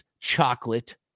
chocolate